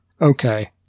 okay